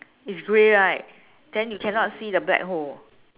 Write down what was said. it's grey right then you cannot see the black hole